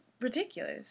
ridiculous